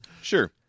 Sure